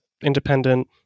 independent